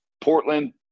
Portland